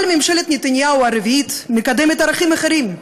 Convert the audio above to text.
אבל ממשלת נתניהו הרביעית מקדמת ערכים אחרים,